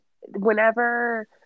whenever